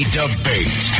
debate